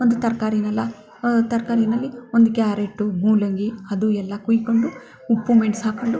ಒಂದು ತರಕಾರಿನೆಲ್ಲ ತರಕಾರಿಯಲ್ಲಿ ಒಂದು ಕ್ಯಾರೆಟು ಮೂಲಂಗಿ ಅದು ಎಲ್ಲ ಕುಯ್ಕೊಂಡು ಉಪ್ಪು ಮೆಣ್ಸು ಹಾಕ್ಕೊಂಡು